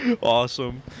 Awesome